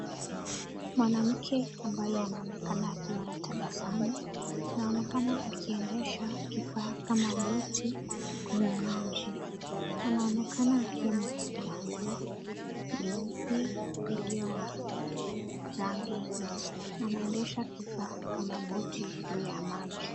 Mwanamke ambaye anaonekana akiwa na tabasamu anaonekana akiendesha kifaa kama boti kwenye maji. Anaonekana kuwa amevalia nguo nyeusi iliyo na rangi nyeupe na anaendeha kifaa kama boti juu ya maji.